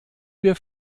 wir